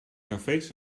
cafés